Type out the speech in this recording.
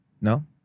No